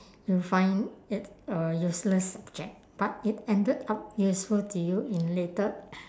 you find it a useless subject but it ended up useful to you in later